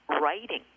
writing